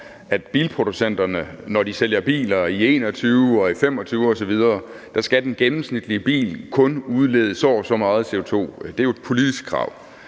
til bilproducenterne, når de sælger biler i 2021 og i 2025 osv. Der skal den gennemsnitlige bil kun udlede så og så meget CO2. Det er jo et politisk krav,